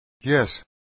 yes